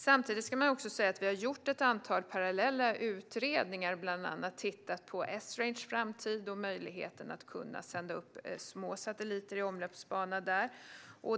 Samtidigt ska sägas att vi har gjort ett antal parallella utredningar. Vi har bland annat tittat på Esranges framtid och möjligheterna att kunna sända upp små satelliter i omloppsbana där.